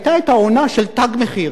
היתה העונה של "תג מחיר".